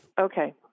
Okay